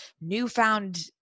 newfound